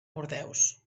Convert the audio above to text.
bordeus